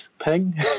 ping